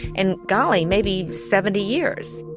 and golly, maybe seventy years.